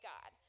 God